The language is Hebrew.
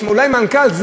יש אולי מנכ"ל.